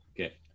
okay